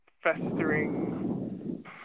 festering